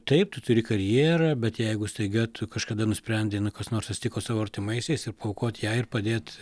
taip tu turi karjerą bet jeigu staiga tu kažkada nusprendei nu kas nors atsitiko su tavo artimaisiais ir paaukot ją ir padėt